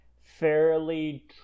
fairly